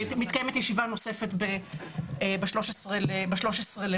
ומתקיימת ישיבה נוספת ב-13 במרץ.